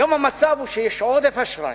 היום המצב הוא שיש עודף אשראי,